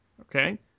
okay